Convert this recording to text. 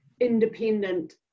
independent